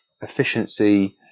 efficiency